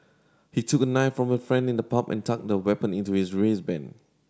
he took a knife from a friend in the pub and tucked the weapon into his waistband